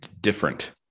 different